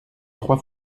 trois